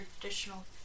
traditional